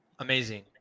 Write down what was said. Amazing